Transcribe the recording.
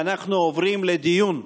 ואנחנו עוברים לדיון.